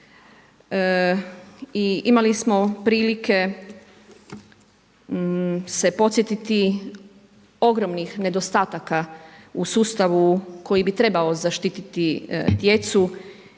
i imali smo prilike se podsjetiti ogromnih nedostataka u sustavu koji bi trebao zaštititi djecu